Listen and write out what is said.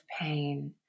pain